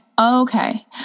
Okay